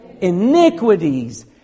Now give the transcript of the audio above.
iniquities